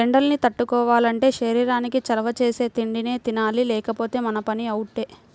ఎండల్ని తట్టుకోవాలంటే శరీరానికి చలవ చేసే తిండినే తినాలి లేకపోతే మన పని అవుటే